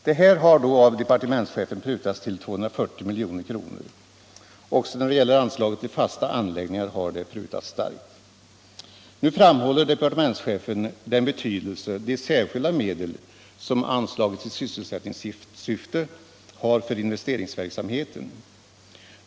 Detta har av departementschefen prutats till 240 milj.kr. Också anslaget Nr 80 till fasta anläggningar har prutats starkt. Torsdagen den Nu framhåller departementschefen den betydelse de särskilda medel, som —| 1 mars 1976 anslagits i sysselsättningssyfte, har för investeringsverksamheten.